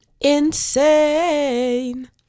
insane